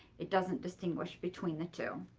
it doesn't distinguish between the two.